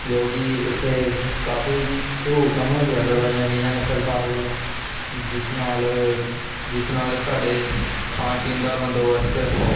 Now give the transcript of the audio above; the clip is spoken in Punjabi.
ਜੋ ਕਿ ਉੱਥੇ ਕਾਫੀ ਸਹੂਲਤਾਂ ਮੁਹੱਈਆ ਕਰਵਾਈਆਂ ਗਈਆਂ ਹਨ ਸਰਕਾਰ ਵੱਲੋਂ ਜਿਸ ਨਾਲ ਜਿਸ ਨਾਲ ਸਾਡੇ ਖਾਣ ਪੀਣ ਦਾ ਬੰਦੋਬਸਤ